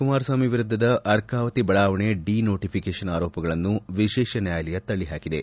ಕುಮಾರಸ್ವಾಮಿ ವಿರುದ್ದದ ಅರ್ಕಾವತಿ ಬಡಾವಣೆ denotification ಆರೋಪಗಳನ್ನು ವಿಶೇಷ ನ್ಯಾಯಾಲಯ ತಳ್ಳಿ ಹಾಕಿದೆ